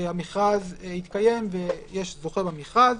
והמכרז התקיים ויש זוכה במכרז,